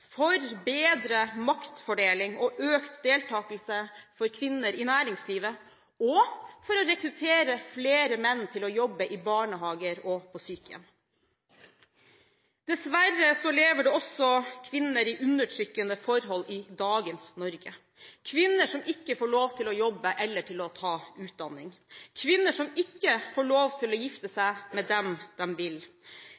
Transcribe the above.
for bedre maktfordeling og økt deltakelse for kvinner i næringslivet, og for å rekruttere flere menn til å jobbe i barnehager og på sykehjem. Dessverre lever det også kvinner i undertrykkende forhold i dagens Norge – kvinner som ikke får lov til å jobbe eller til å ta utdanning, kvinner som ikke får lov til å gifte